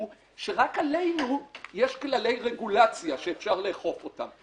הוא שרק עלינו יש כללי רגולציה שאפשר לאכוף אותם.